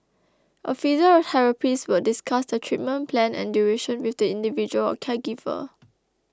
a physiotherapist would discuss the treatment plan and duration with the individual or caregiver